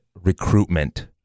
recruitment